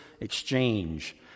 exchange